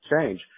change